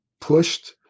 pushed